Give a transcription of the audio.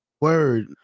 Word